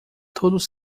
todos